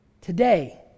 today